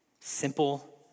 Simple